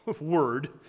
word